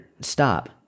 stop